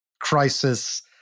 crisis